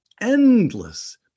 endless